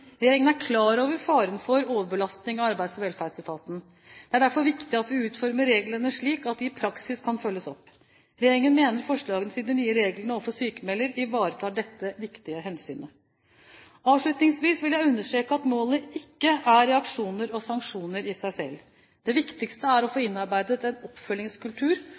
Regjeringen er klar over faren for overbelastning av Arbeids- og velferdsetaten. Det er derfor viktig at vi utformer reglene slik at de i praksis kan følges opp. Regjeringen mener forslagene til nye regler overfor sykmelder ivaretar dette viktige hensynet. Avslutningsvis vil jeg understreke at målet ikke er reaksjoner og sanksjoner i seg selv. Det viktigste er å få innarbeidet en oppfølgingskultur